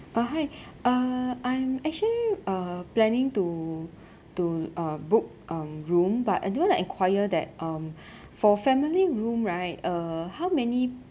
uh hi uh I'm actually uh planning to to uh book um room but I would like to enquire that um for family room right uh how many